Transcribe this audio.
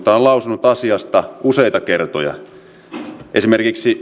perustuslakivaliokunta on lausunut asiasta useita kertoja esimerkiksi